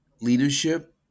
leadership